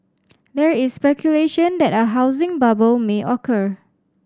there is speculation that a housing bubble may occur